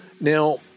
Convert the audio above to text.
Now